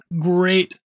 great